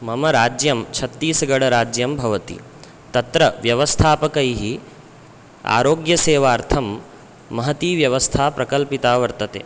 मम राज्यं छत्तीसगडराज्यं भवति तत्र व्यवस्थापकैः आरोग्यसेवार्थं महती व्यवस्था प्रकल्पिता वर्तते